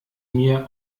mir